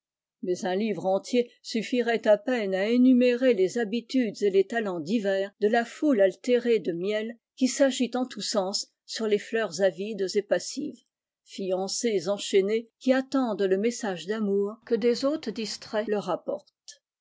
mais un livre entier suffirait à peine à énumérer les habitudes et les talents divers de la foule altérée de miel qui s'agite en tous sens sur les fleurs avides et passives fiancées enchaînées qui attendent le message d'amour qae des hôtes distraits leur apportent